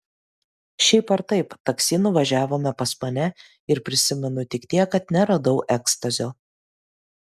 šiaip ar taip taksi nuvažiavome pas mane ir prisimenu tik tiek kad neradau ekstazio